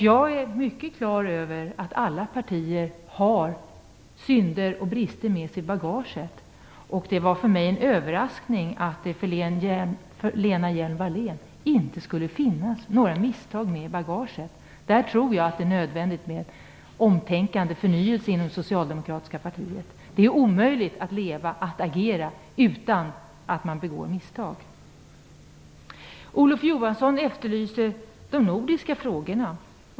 Jag är mycket klar över att alla partier har synder och brister med sig i sitt bagage. Det var därför för mig en överraskning att det beträffande Lena Hjelm Wallén inte skulle finnas några misstag med i bagaget. Där tror jag att det är nödvändigt med omtänkande, förnyelse, inom det socialdemokratiska partiet. Det är omöjligt att agera utan att begå misstag. Olof Johansson efterlyser de nordiska frågorna.